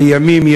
לימים.